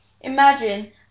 Imagine